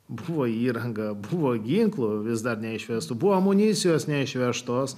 buvo įranga buvo ginklo vis dar neišvestų buvo amunicijos neišvežtos